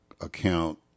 account